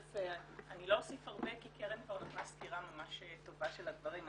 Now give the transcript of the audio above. אני לא אוסיף הרבה כי קרן נתנה סקירה ממש טובה של הדברים.